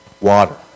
Water